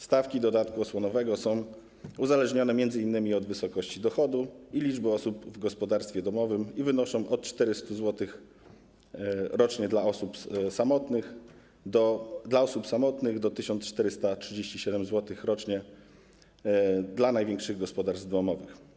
Stawki dodatku osłonowego są uzależnione m.in. od wysokości dochodu i liczby osób w gospodarstwie domowym i wynoszą od 400 zł rocznie dla osób samotnych do 1437 zł rocznie dla największych gospodarstw domowych.